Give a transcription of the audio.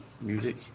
music